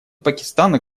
пакистана